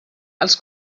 els